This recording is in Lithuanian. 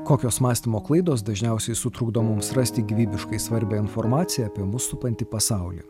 kokios mąstymo klaidos dažniausiai sutrukdo mums rasti gyvybiškai svarbią informaciją apie mus supantį pasaulį